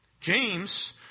James